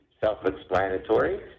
self-explanatory